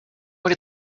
what